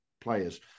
players